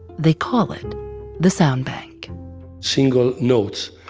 they call it the sound bank single notes,